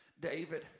David